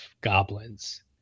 goblins